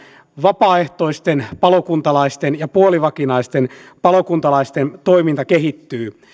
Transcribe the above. vapaaehtoisten palokuntalaisten ja puolivakinaisten palokuntalaisten toiminta kehittyy